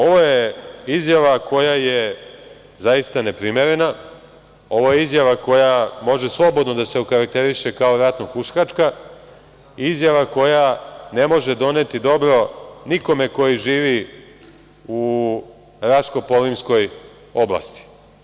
Ovo je izjava koja je zaista neprimerena, ovo je izjava koja može slobodno da se okarakteriše kao ratno-huškačka, izjava koja ne može doneti dobro nikome ko živi u Raško-polimskoj oblasti.